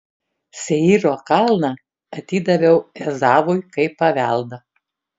seyro kalną atidaviau ezavui kaip paveldą